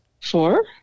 Four